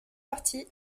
parties